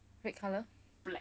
red colour